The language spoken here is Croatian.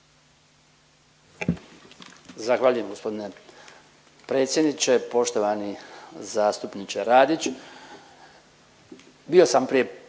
Zahvaljujem g. predsjedniče. Poštovani zastupniče Radić, bio sam prije